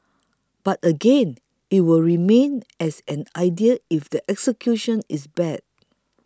but again it will remain as an idea if the execution is bad